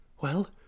Well